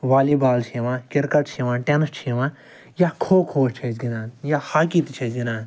والی بال چھِ یِوان کِرکٹ چھِ یِوان ٹیٚنٕس چھِ یِوان یا کھُو کھُو چھِ أسۍ گِنٛدان یا ہاکی تہِ چھِ أسۍ گِنٛدان